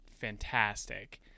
fantastic